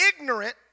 ignorant